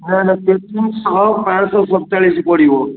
ନା ନା ପ୍ୟାକିଙ୍ଗ୍ ସହ ପାଞ୍ଚ ଶହ ଶତଚାଳିଶ ପଡ଼ିବ